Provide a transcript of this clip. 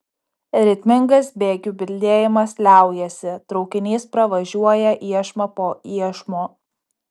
ritmingas bėgių bildėjimas liaujasi traukinys pravažiuoja iešmą po iešmo